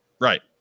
right